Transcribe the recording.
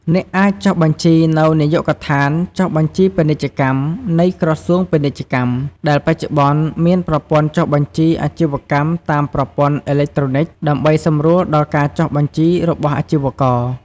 អ្នកអាចចុះបញ្ជីនៅ នាយកដ្ឋានចុះបញ្ជីពាណិជ្ជកម្មនៃក្រសួងពាណិជ្ជកម្ម ដែលបច្ចុប្បន្ន មាន ប្រព័ន្ធចុះបញ្ជីអាជីវកម្មតាមប្រព័ន្ធអេឡិចត្រូនិក ដើម្បីសម្រួលដល់ការចុះបញ្ជីរបស់អាជីករ។